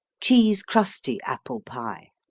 cheese-crusty apple pie